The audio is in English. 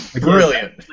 Brilliant